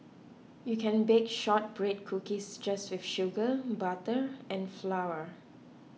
you can bake Shortbread Cookies just with sugar butter and flour